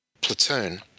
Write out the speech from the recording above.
platoon